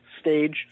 stage